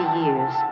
years